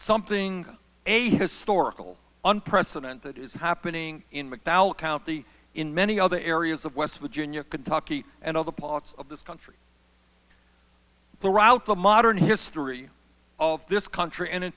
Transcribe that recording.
something a historical unprecedented is happening in mcdowell county in many other areas of west virginia kentucky and other parts of this country throughout the modern history of this country and in